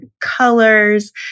colors